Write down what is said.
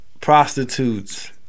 prostitutes